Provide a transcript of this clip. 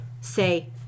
say